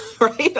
right